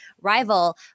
rival